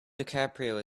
dicaprio